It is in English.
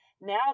Now